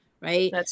Right